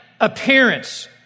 appearance